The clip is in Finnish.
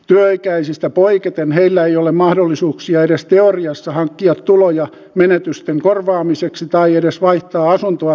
työikäisistä poiketen heillä ei ole mahdollisuuksia edes teoriassa hankkia tuloja menetysten korvaamiseksi tai edes vaihtaa asuntoa